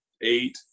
eight